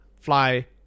Fly